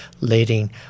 Leading